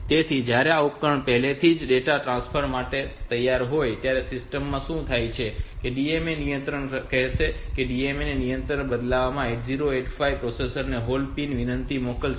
તેથી જ્યારે આ ઉપકરણો પહેલાથી જ ડેટા ટ્રાન્સફર માટે હોય ત્યારે સિસ્ટમ માં શું થશે કે તેઓ DMA નિયંત્રકને કહેશે અને DMA નિયંત્રક બદલામાં 8085 પ્રોસેસર ને હોલ્ડ વિનંતી મોકલશે